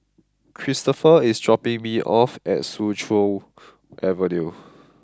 Christopher is dropping me off at Soo Chow Avenue